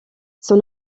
son